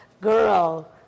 Girl